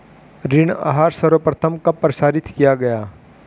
ऋण आहार सर्वप्रथम कब प्रसारित किया गया?